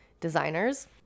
designers